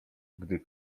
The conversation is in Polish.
gdy